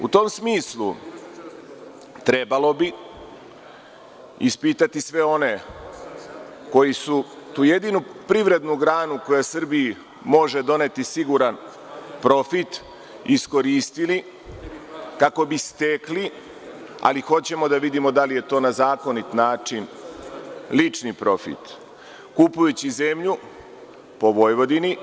U tom smislu trebalo bi ispitati sve one koji su tu jedinu privrednu granu koja Srbiji može doneti siguran profit, iskoristili kako bi stekli, ali hoćemo da vidimo da li je to na zakonit način lični profit, kupujući zemlju po Vojvodini.